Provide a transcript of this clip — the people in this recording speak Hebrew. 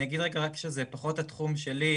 אני אגיד רק שזה פחות התחום שלי,